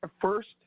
first –